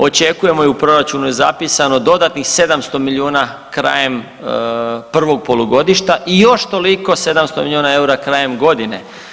Očekujemo i u proračunu je zapisano dodatnih 700 milijuna krajem prvog polugodišta i još toliko 700 miliona EUR-a krajem godine.